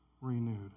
renewed